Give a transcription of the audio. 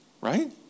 right